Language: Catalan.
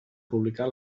publicar